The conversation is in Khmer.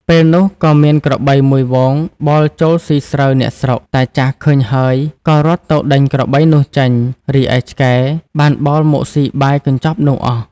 ពេលនោះ ក៏មានក្របីមួយហ្វូងបោលចូលស៊ីស្រូវអ្នកស្រុក តាចាស់ឃើញហើយក៏រត់ទៅដេញក្របីនោះចេញ រីឯឆ្កែបានបោលមកស៊ីបាយកញ្ចប់នោះអស់។